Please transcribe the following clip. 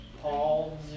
Paul